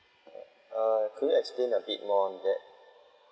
err could you explain a bit more on that